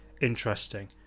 interesting